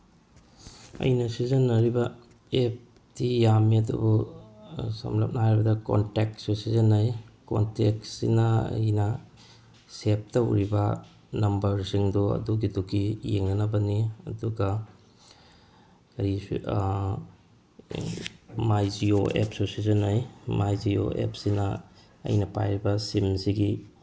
ꯑꯩꯅ ꯁꯤꯖꯤꯟꯅꯔꯤꯕ ꯑꯦꯞꯇꯤ ꯌꯥꯝꯃꯤ ꯑꯗꯨꯕꯨ ꯁꯞꯂꯞꯅ ꯍꯥꯏꯔꯕꯗ ꯀꯣꯟꯇꯦꯛꯁꯨ ꯁꯤꯖꯤꯟꯅꯩ ꯀꯣꯟꯇꯦꯛꯁꯤꯅ ꯑꯩꯅ ꯁꯦꯞ ꯇꯧꯔꯤꯕ ꯅꯝꯕꯔꯁꯤꯡꯗꯣ ꯑꯗꯨꯒꯤꯗꯨꯒꯤ ꯌꯦꯡꯅꯅꯕꯅꯤ ꯑꯗꯨꯒ ꯀꯔꯤꯁꯨ ꯃꯥꯏ ꯖꯤꯌꯣ ꯑꯦꯞꯁꯨ ꯁꯤꯖꯤꯟꯅꯩ ꯃꯥꯏ ꯖꯤꯌꯣ ꯑꯦꯞꯁꯤꯅ ꯑꯩꯅ ꯄꯥꯏꯔꯤꯕ ꯁꯤꯝꯁꯤꯒꯤ